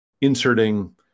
inserting